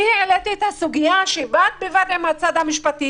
אני העליתי את הסוגיה שבד בבד עם הצד המשפטי